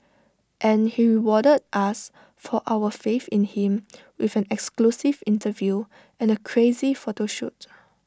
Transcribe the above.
and he rewarded us for our faith in him with an exclusive interview and A crazy photo shoot